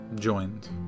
joined